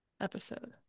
episode